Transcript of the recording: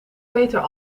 beter